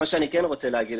מה שאני כן רוצה להגיד,